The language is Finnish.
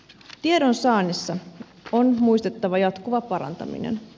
tiedonsaannissa on muistettava jatkuva parantaminen